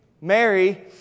Mary